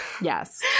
Yes